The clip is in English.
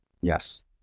Yes